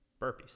Burpees